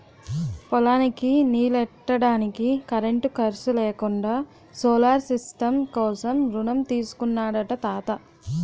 పొలానికి నీల్లెట్టడానికి కరెంటు ఖర్సు లేకుండా సోలార్ సిస్టం కోసం రుణం తీసుకున్నాడట తాత